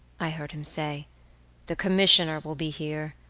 i heard him say the commissioner will be here,